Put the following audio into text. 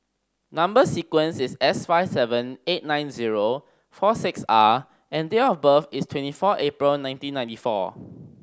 number sequence is S five seven eight nine zero four six R and date of birth is twenty four April nineteen ninety four